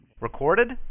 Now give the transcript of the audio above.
Recorded